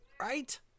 right